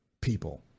People